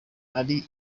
ari